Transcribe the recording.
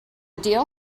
deal